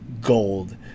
Gold